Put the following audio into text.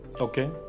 Okay